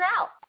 out